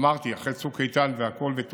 אמרתי, אחרי צוק איתן והכול, ותוקצבו,